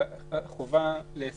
מהחובה היא גם